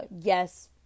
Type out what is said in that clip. yes